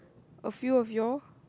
a few of you all